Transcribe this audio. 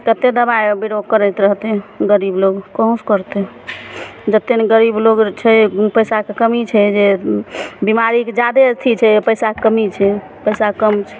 कतेक दबाइ बीरो करैत रहथिन गरीब लोग कहाँ सऽ करतै जेतेक ने गरीब लोग छै दू पैसाके कमी छै जे बिमारीके जे जादे अथी छै पैसाके कमी छै पैसा कम छै